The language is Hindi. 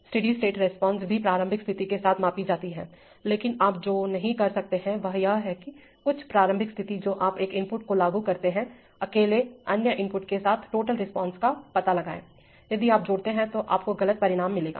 स्टेडी स्टेट रिस्पांस भी प्रारंभिक स्थिति के साथ मापी जाती है लेकिन आप जो नहीं कर सकते हैं वह है या कुछ प्रारंभिक स्थिति जो आप एक इनपुट को लागू करते हैं अकेले अन्य इनपुट के साथ टोटल रिस्पांस का पता लगाएं यदि आप जोड़ते हैं तो आपको गलत परिणाम मिलेगा